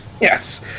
Yes